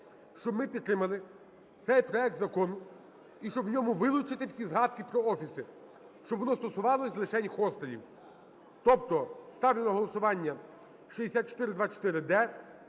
Щоб ми підтримали цей проект закону і щоб в ньому вилучити всі згадки про офіси, щоб воно стосувалося лишень хостелів. Тобто ставлю на голосування 6424-д